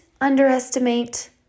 underestimate